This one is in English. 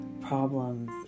problems